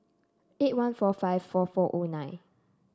eight one four five four four O nine